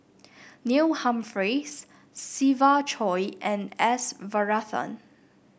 Neil Humphreys Siva Choy and S Varathan